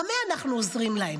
במה אנחנו עוזרים להם?